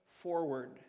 forward